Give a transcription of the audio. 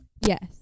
Yes